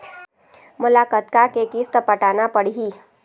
मोला कतका के किस्त पटाना पड़ही?